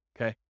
Okay